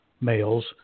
males